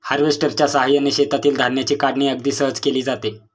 हार्वेस्टरच्या साहाय्याने शेतातील धान्याची काढणी अगदी सहज केली जाते